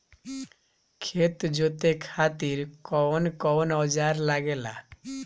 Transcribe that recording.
खेत जोते खातीर कउन कउन औजार लागेला?